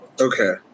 Okay